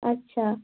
আচ্ছা